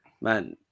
Man